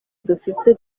dufite